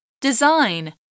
Design